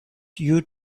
you